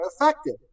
effective